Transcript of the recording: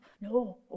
no